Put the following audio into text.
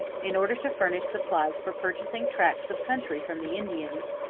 in order to furnish supplies for purchasing tracts of country from the indians,